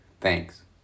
Thanks